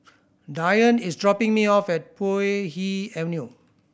Diane is dropping me off at Puay Hee Avenue